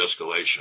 escalation